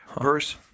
verse